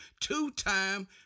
two-time